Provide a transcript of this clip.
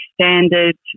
standard